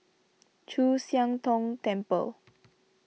Chu Siang Tong Temple